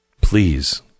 Please